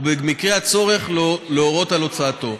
ובמקרה הצורך להורות על הוצאתו.